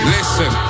Listen